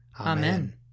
Amen